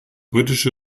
britische